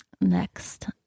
next